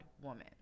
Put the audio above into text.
woman